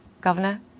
Governor